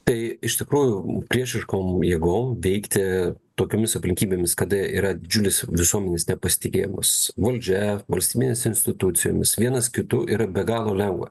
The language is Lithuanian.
tai iš tikrųjų priešiškom jėgom veikti tokiomis aplinkybėmis kada yra didžiulis visuomenės nepasitikėjimas valdžia valstybinėmis institucijomis vienas kitu yra be galo lengva